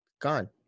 gone